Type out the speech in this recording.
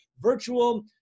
virtual